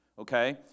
okay